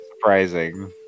surprising